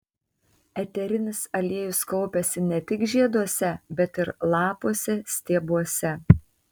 eterinis aliejus kaupiasi ne tik žieduose bet ir lapuose stiebuose